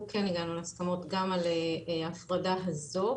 אנחנו כן הגענו להסכמות גם על הפרדה הזו.